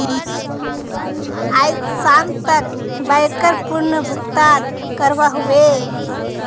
आइज शाम तक बाइकर पूर्ण भुक्तान करवा ह बे